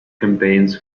campaigns